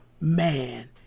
man